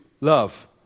love